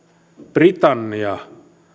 britannia